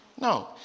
No